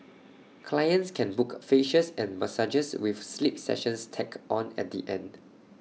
clients can book facials and massages with sleep sessions tacked on at the end